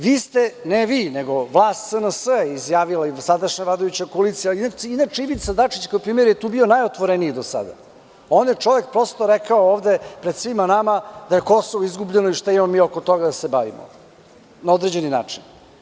Vi ste, ne vi nego vlast SNS je izjavila i do sadašnja koalicija, a inače je Ivica Dačić kao premijer bio najotvoreniji do sada jer je rekao pred svima nama da je Kosovo izgubljeno i šta imamo oko toga da se bavimo, na određeni način.